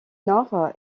nord